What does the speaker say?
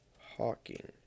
Hawking